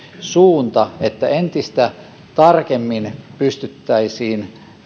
suunta ja tavoite että entistä tarkemmin pystyttäisiin